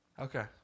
Okay